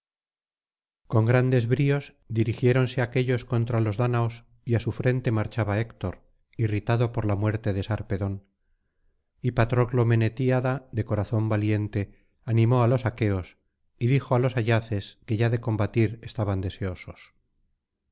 con grandes bríos dirigiéronse aquéllos contra los dáñaos y á su frente marchaba héctor irritado por la muerte de sarpedón y patroclo menetíada de corazón valiente animó á los aqueos y dijo á los ayaces que ya de combatir estaban deseosos